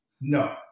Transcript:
No